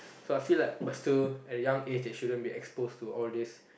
so I feel like but still at young age they shouldn't be exposed to all this